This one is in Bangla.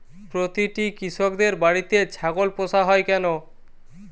প্রতিটি কৃষকদের বাড়িতে ছাগল পোষা হয় কেন?